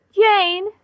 Jane